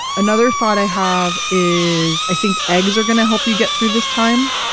another thought i have is, i think eggs are going to help you get through this time.